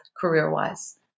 career-wise